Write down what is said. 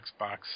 Xbox